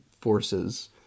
forces